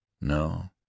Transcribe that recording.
No